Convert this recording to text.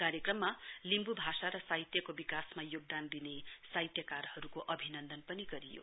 कार्यक्रममा लिम्बू भाषा र साहित्यको विकासमा योगदान साहित्यहरूको अभिनन्दन पनि गरियो